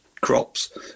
crops